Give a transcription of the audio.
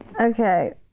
Okay